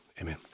Amen